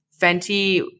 Fenty